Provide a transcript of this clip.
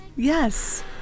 Yes